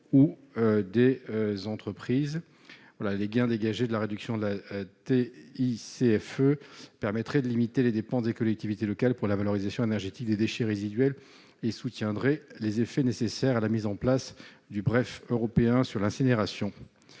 ou des entreprises. Les gains dégagés par la réduction de TICFE permettraient de limiter les dépenses des collectivités locales pour la valorisation énergétique des déchets résiduels et soutiendraient les effets nécessaires à la mise en place du document européen de référence